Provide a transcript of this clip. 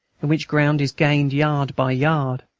in which ground is gained yard by yard,